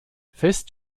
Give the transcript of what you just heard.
fest